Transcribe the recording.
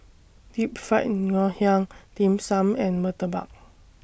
Deep Fried Ngoh Hiang Dim Sum and Murtabak